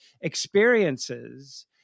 experiences